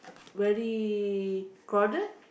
very crowded